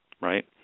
right